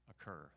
occur